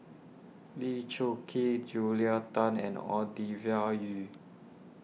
Lee Choon Kee Julia Tan and Yu